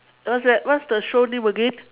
what's that what's the show name again